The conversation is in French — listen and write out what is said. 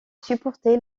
supporter